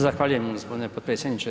Zahvaljujem gospodine potpredsjedniče.